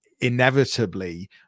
inevitably